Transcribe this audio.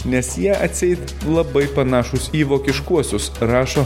nes jie atseit labai panašūs į vokiškuosius rašo